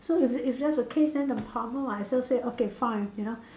so if it's if that's the case then the farmer might as well say okay fine you know